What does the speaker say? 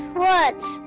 words